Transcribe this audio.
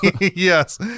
yes